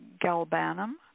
galbanum